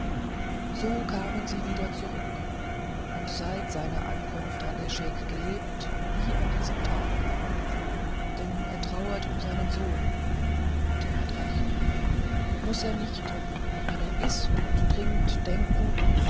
so kamen sie wieder zurück und seit seiner ankunft hat der scheik gelebt wie an diesem tage denn er trauert um seinen sohn und er hat recht muß er nicht wenn er ißt und trinkt denken